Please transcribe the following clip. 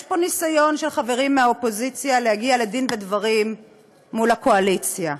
יש פה ניסיון של חברים מהאופוזיציה להגיע לדין ודברים עם הקואליציה.